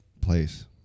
place